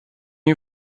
you